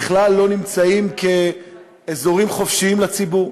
בכלל לא נמצאים כאזורים חופשיים לציבור,